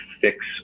fix